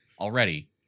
already